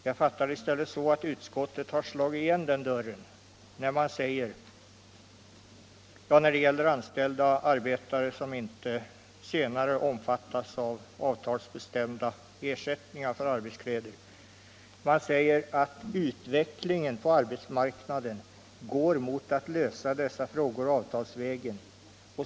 Jag fattar det i stället så att utskottet har slagit igen dörren när utskottet, beträffande arbetare som inte senare omfattas av avtalsbestämda ersättningar för arbetskläder, 145 säger att utvecklingen på arbetsmarknaden går mot att lösa dessa frågor avtalsvägen.